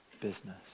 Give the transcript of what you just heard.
business